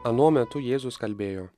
anuo metu jėzus kalbėjo